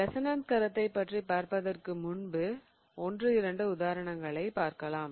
resonance கருத்தைப் பற்றி பார்த்தபிறகு நாம் ஒன்று இரண்டு உதாரணங்களை பார்க்கலாம்